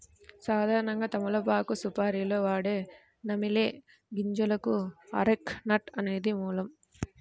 సాధారణంగా తమలపాకు సుపారీలో వాడే నమిలే గింజలకు అరెక నట్ అనేది మూలం